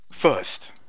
First